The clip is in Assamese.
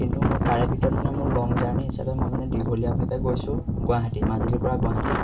কিন্তু মোৰ তাৰে ভিতৰত মানে মোৰ লং জাৰ্ণী হিচাপে মই মানে দীঘলীয়াভাৱে গৈছোঁ গুৱাহাটী মাজুলীৰপৰা গুৱাহাটী